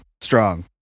Strong